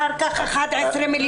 אחר כך 11 מיליון.